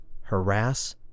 harass